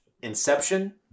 Inception